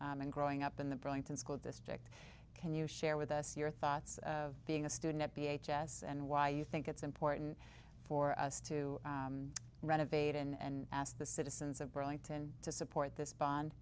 years and growing up in the burlington school district can you share with us your thoughts of being a student at p h s and why you think it's important for us to renovate and asked the citizens of burlington to support this bond